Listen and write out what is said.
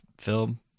film